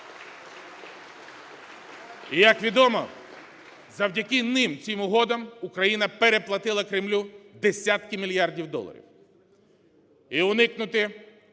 Як відомо, завдяки ним, цим угодам, Україна переплатила Кремлю десятки мільярдів доларів, і уникнути